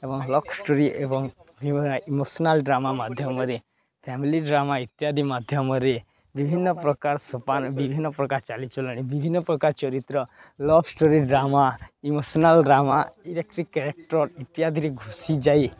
ଏବଂ love story ଏବଂ emotional drama ମାଧ୍ୟମରେ ଫ୍ୟାମିଲି ଡ୍ରାମା ଇତ୍ୟାଦି ମାଧ୍ୟମରେ ବିଭିନ୍ନପ୍ରକାର ସୋପାନ ବିଭିନ୍ନପ୍ରକାର ଚାଲିଚଲଣି ବିଭିନ୍ନପ୍ରକାର ଚରିତ୍ର love story drama emotional drama ଇତ୍ୟାଦି କ୍ୟାରେକ୍ଟର୍ ଇତ୍ୟାଦିରେ ଘୁସି ଯାଇ